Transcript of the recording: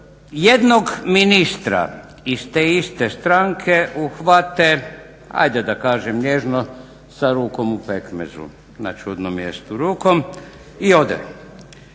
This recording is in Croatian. Jednog ministra iz te iste stranke uhvate ajde da kažem nježno sa rukom u pekmezu, na čudnom mjestu rukom i ode.